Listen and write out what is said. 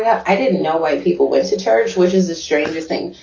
yeah i didn't know why people went to church, which is the strangest thing.